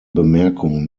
bemerkung